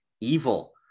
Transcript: evil